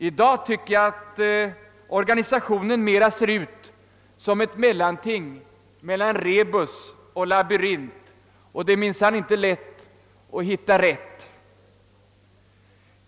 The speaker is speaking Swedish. I dag ser den enligt min mening mera ut som ett mellanting mellan rebus och labyrint, och det är minsann inte lätt att hitta rätt.